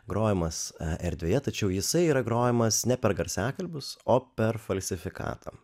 grojamas erdvėje tačiau jisai yra grojamas ne per garsiakalbius o per falsifikatą